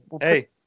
Hey